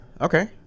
Okay